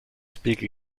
speak